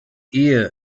ehe